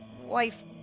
wife